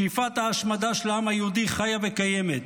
שאיפת ההשמדה של העם היהודי חיה וקיימת.